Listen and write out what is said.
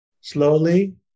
Slowly